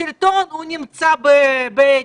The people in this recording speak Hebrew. השלטון נמצא בהגה,